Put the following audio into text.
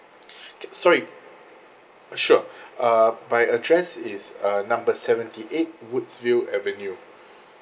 sorry uh sure my address it's uh number seventy eight woodsville avenue